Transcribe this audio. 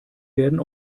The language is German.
werden